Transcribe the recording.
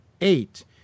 eight